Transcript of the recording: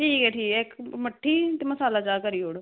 ठीक ऐ ठीक ऐ इक्क मट्ठी मसाला चाह् करी ओड़